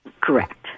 Correct